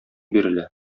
бирелә